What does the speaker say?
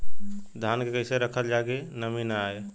धान के कइसे रखल जाकि नमी न आए?